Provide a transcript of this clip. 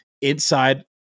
inside